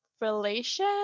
relation